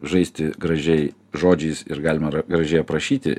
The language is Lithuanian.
žaisti gražiai žodžiais ir galima gražiai aprašyti